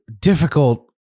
difficult